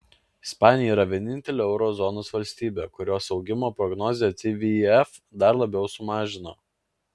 ispanija yra vienintelė euro zonos valstybė kurios augimo prognozę tvf dar labiau sumažino